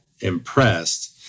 impressed